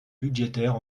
budgétaire